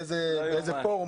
באיזה פורום,